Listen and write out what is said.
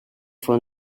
fue